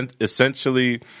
essentially